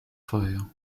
frères